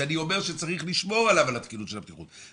ואני אומר שצריך לשמור על התקינות של הבטיחות,